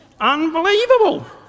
Unbelievable